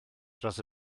dros